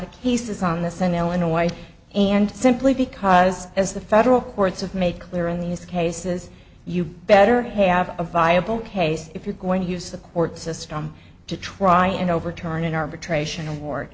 of cases on this in illinois and simply because as the federal courts have made clear in these cases you better have a viable case if you're going to use the court system to try and overturn an arbitration award